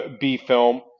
B-film